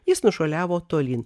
jis nušuoliavo tolyn